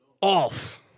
off